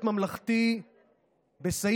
זה כסף